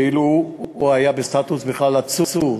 ואילו הוא היה בסטטוס עצור בכלל,